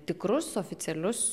tikrus oficialius